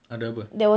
ada apa